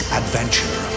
adventure